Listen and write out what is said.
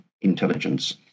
intelligence